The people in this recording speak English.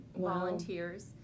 volunteers